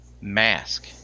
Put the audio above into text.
mask